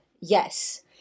yes